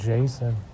Jason